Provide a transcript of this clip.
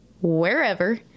wherever